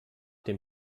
dem